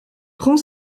prend